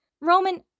Roman